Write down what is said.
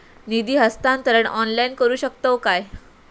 निधी हस्तांतरण ऑनलाइन करू शकतव काय?